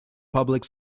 public